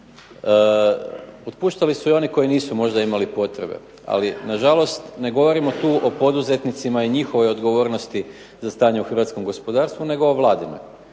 Otpuštali su i oni koji možda nisu imali potrebe. Ali nažalost ne govorimo tu o poduzetnicima i njihovoj odgovornosti za stanje u hrvatskom gospodarstvu nego o vladinoj.